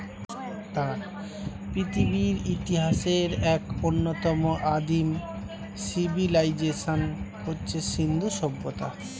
পৃথিবীর ইতিহাসের এক অন্যতম আদিম সিভিলাইজেশন হচ্ছে সিন্ধু সভ্যতা